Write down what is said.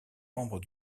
membres